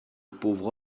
pauvre